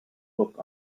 look